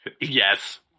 Yes